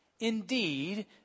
Indeed